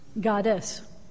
Goddess